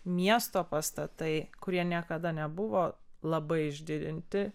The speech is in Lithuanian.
miesto pastatai kurie niekada nebuvo labai išdidinti